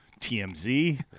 TMZ